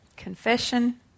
confession